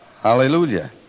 Hallelujah